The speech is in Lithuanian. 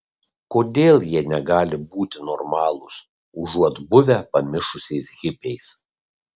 kodėl jie negali būti normalūs užuot buvę pamišusiais hipiais